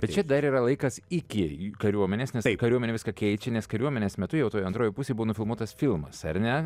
bet čia dar yra laikas iki kariuomenės nes kariuomenė viską keičia nes kariuomenės metu jau toj antroj pusėj buvo nufilmuotas filmas ar ne